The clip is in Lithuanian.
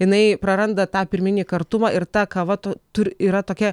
jinai praranda tą pirminį kartumą ir ta kava tur yra tokia